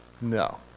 no